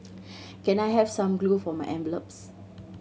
can I have some glue for my envelopes